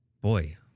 Boy